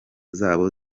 zabo